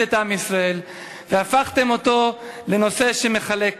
את עם ישראל והפכתם אותו לנושא שמחלק.